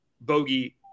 Bogey